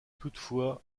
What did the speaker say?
toutefois